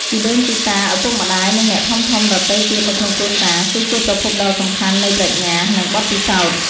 ជីដូនជីតា ឪពុកម្ដាយ និងអ្នកធំៗដទៃទៀតនៅក្នុងគ្រួសារ គឺជាប្រភពដ៏សំខាន់នៃ ប្រាជ្ញា និងបទពិសោធន៍។